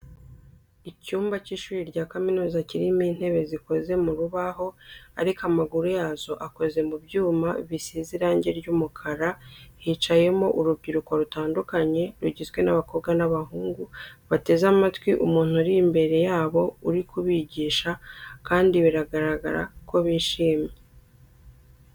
Icyumba cy'ishuri rya kaminuza kirimo intebe zikoze mu rubaho ariko amaguru yazo akoze mu byuma bisize irangi ry'umukara, hicayemo urubyiruko rutandukanye rugizwe n'abakobwa n'abahungu bateze amatwi umuntu uri imbere yabo uri kubigisha kandi biragaragara ko bishimye.